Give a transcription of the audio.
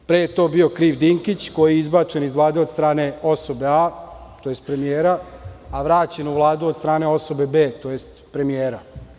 Pre je za to bio kriv Dinkić, koji je izbačen iz Vlade od strane osobe A, tj. premijera, a vraćen u Vladu od starne osobe B, tj. premijera.